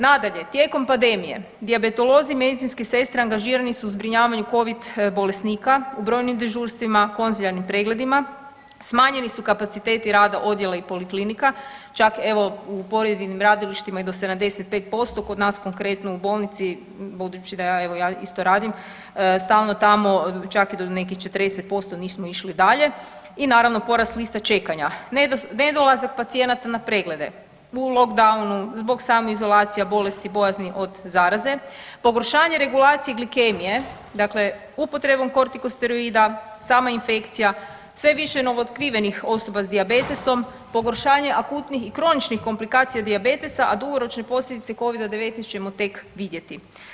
Nadalje, tijekom pandemije dijabetolozi, medicinske sestre angažirani su u zbrinjavanju covid bolesnika u brojnim dežurstvima, konzilijarnim pregledima, smanjeni su kapaciteti rada odjela i poliklinika čak evo u pojedinim radilištima i do 75%, kod nas konkretno u bolnici budući da evo ja isto radim stalno tamo čak i do nekih 40% nismo išli dalje i naravno porast lista čekanja, nedolazak pacijenata na preglede u lockdownu zbog same izolacije bolesti bojazni od zaraze, pogoršanje regulacije glikemije, dakle upotrebom kortikosteroida, sama infekcija, sve više novootkrivenih osoba s dijabetesom, pogoršanje akutnih i kroničnih komplikacija dijabetesa, a dugoročne posljedice covida-19 ćemo tek vidjeti.